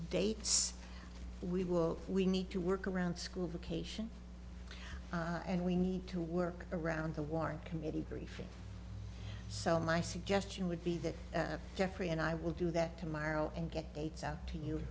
dates we will we need to work around school vacation and we need to work around the war in committee briefings so my suggestion would be that jeffrey and i will do that tomorrow and get dates out to you